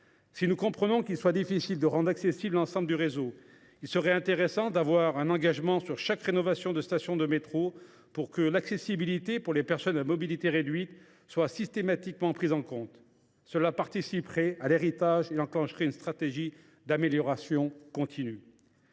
Si nous comprenons la difficulté de rendre accessible l’ensemble du réseau, il serait intéressant de disposer d’un engagement sur la rénovation de chaque station de métro, afin que l’accessibilité pour les personnes à mobilité réduite soit systématiquement prise en compte. Cela contribuerait à l’héritage des Jeux et enclencherait une stratégie d’amélioration continue.